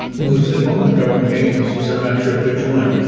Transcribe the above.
was in one of the government agencies, i'm not sure which one,